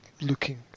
Looking